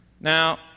Now